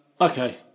Okay